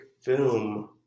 film